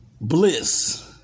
Bliss